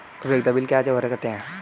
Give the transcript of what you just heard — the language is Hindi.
उपयोगिता बिल क्या कवर करते हैं?